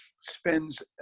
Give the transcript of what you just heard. spends